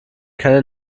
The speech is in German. keine